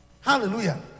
Hallelujah